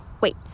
wait